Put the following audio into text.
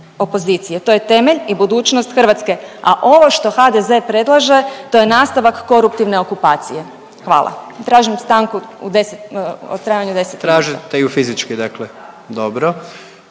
To je temelj i budućnost Hrvatske, a ovo što HDZ predlaže to je nastavak koruptivne okupacije. Hvala. Tražim stanku u trajanju u 10, u trajanju od